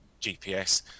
GPS